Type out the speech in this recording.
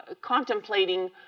contemplating